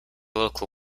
local